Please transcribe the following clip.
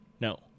No